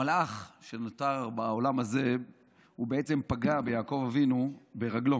מלאך שנותר בעולם הזה בעצם פגע ביעקב אבינו ברגלו.